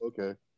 Okay